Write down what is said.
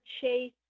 chase